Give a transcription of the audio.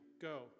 Go